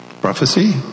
Prophecy